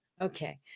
Okay